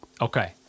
Okay